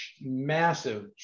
massive